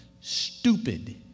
stupid